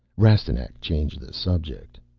rastignac changed the subject.